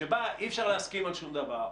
שבה אי אפשר להסכים על שום דבר,